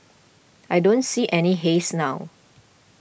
I don't see any haze now